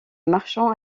marchands